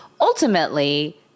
Ultimately